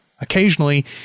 Occasionally